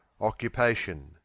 occupation